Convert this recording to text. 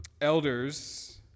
Elders